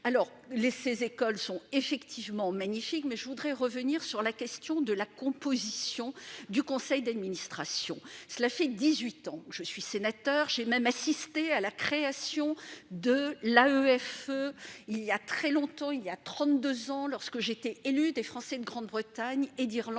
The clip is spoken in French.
les ces écoles sont effectivement magnifique mais je voudrais revenir sur la question de la composition du conseil d'administration, cela fait 18 ans que je suis sénateur, j'ai même assisté à la création de l'EFE il y a très longtemps, il y a 32 ans lorsque j'ai été élu des Français, de Grande-Bretagne et d'Irlande